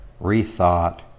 rethought